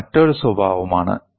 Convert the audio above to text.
ഇത് മറ്റൊരു സ്വഭാവമാണ്